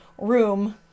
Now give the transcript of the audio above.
Room